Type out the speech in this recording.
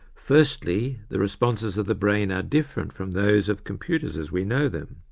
first, the the responses of the brain are different from those of computers as we know them.